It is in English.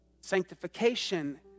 Sanctification